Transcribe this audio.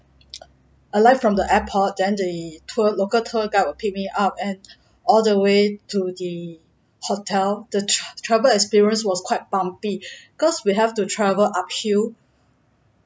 alight from the airport then the tour local tour guide will picked me up all the way to the hotel the travel experience was quite bumpy cause we have to travel uphill